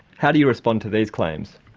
how do you respond to these claims?